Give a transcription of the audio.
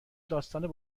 داستان